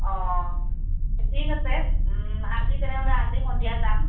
অঁ ঠিক আছে আজি তেনেহ'লে আজি সন্ধিয়া যাম